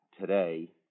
today